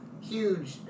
huge